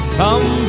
come